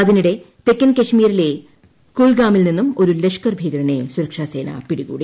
അതിനിടെ തെക്കൻ കാശ്മീരിലെ കുൽഗാമിൽ നിന്നും ഒരു ലഷ്കർ ഭീകരനെ സുരക്ഷാ സേന പിടികൂടി